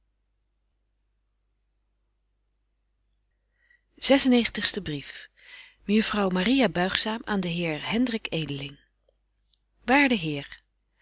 negentigste brief mejuffrouw maria buigzaam aan den heer hendrik edeling waarde heer